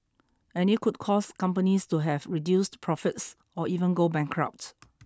and it could cause companies to have reduced profits or even go bankrupt